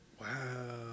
Wow